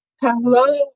Hello